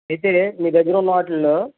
అయితే మీ దగ్గర ఉన్నవాటిలో